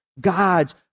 Gods